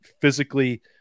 Physically